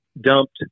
dumped